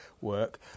work